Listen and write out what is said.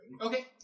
Okay